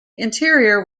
interior